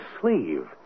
sleeve